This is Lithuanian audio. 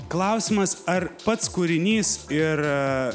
klausimas ar pats kūrinys ir